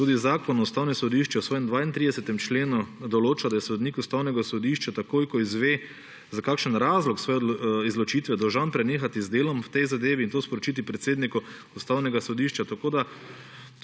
Tudi Zakon o Ustavnem sodišču v svojem 32. členu določa, da je sodnik Ustavnega sodišča takoj, ko izve za kakšen razlog svoje izločitve, dolžan prenehati z delom v tej zadevi in to sporočiti predsedniku Ustavnega sodišča. Tako